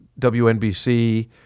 WNBC